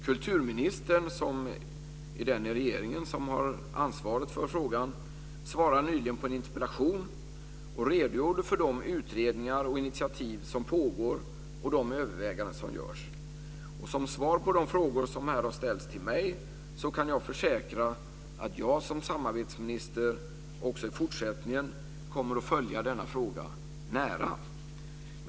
Kulturministern är den i regeringen som har ansvar för frågan, och hon svarade nyligen på en interpellation där hon redogjorde för de utredningar och initiativ som pågår och de överväganden som görs. Som svar på de frågor som här har ställts till mig kan jag försäkra att jag som samarbetsminister också i fortsättningen kommer att följa denna fråga nära.